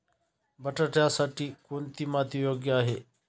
बटाट्यासाठी कोणती माती योग्य आहे?